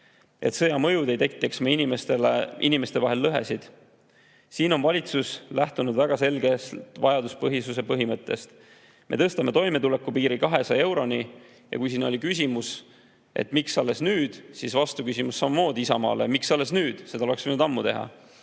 et sõja mõjud ei tekitaks meie inimeste vahel lõhesid. Siin on valitsus lähtunud väga selgelt vajaduspõhisuse põhimõttest. Me tõstame toimetulekupiiri 200 euroni. Ja kui siin oli küsimus, miks alles nüüd, siis on vastuküsimus Isamaale: miks alles nüüd? Seda oleks võinud ammu teha.